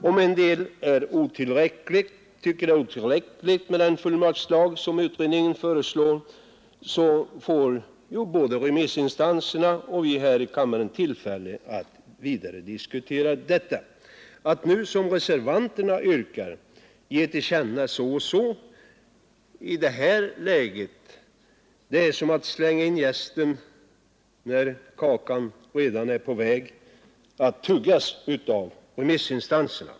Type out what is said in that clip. Om somliga tycker att det är otillräckligt med den fullmaktslag som utredningen föreslår, får ju både remissinstanserna och vi här i kammaren tillfälle att vidare diskutera detta. Att nu, såsom reservanterna yrkar, ge till känna en uppfattning i det här läget vore som att slänga in jästen när kakan redan är på väg att tuggas av remissinstanserna.